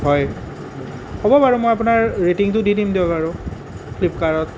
হয় হ'ব বাৰু মই আপোনাৰ ৰেটিঙটো দি দিম দিয়ক আৰু ফ্লিপকাৰ্টত